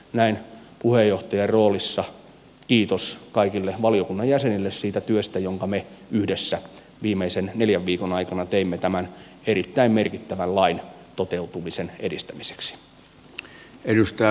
näin puheenjohtajan roolissa kiitos kaikille valiokunnan jäsenille siitä työstä jonka me yhdessä viimeisen neljän viikon aikana teimme tämän erittäin merkittävän lain toteutumisen edistämiseksi